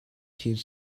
his